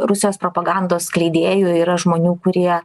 rusijos propagandos skleidėjų yra žmonių kurie